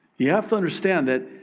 you have to understand that